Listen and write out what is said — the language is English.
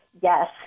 yes